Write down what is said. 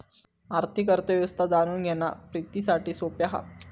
आर्थिक अर्थ व्यवस्था जाणून घेणा प्रितीसाठी सोप्या हा